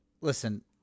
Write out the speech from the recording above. Listen